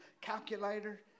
calculator